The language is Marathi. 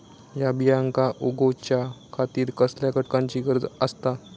हया बियांक उगौच्या खातिर कसल्या घटकांची गरज आसता?